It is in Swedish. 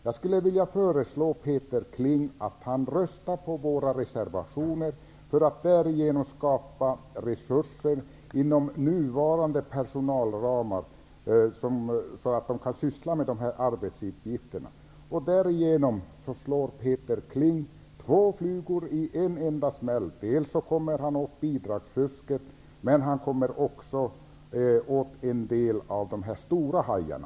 Jag skulle vilja föreslå Peter Kling att rösta på våra reservationer för att därigenom skapa resurser så att man inom nuvarande personalramar kan syssla med dessa arbetsuppgifter. Peter Kling skulle då slå två flugor i en smäll. Han kommer dels åt bidragsfusket, dels några av de stora hajarna.